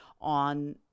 on